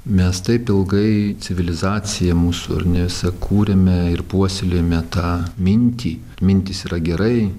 mes taip ilgai civilizacija mūsų ar ne visa kūrėme ir puoselėjome tą mintį mintys yra gerai